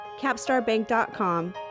CapstarBank.com